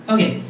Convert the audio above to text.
Okay